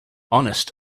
honest